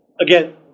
Again